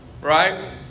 right